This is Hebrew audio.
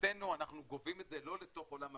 מבחינתנו אנחנו גובים את זה לא לתוך עולם המיסים,